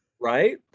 right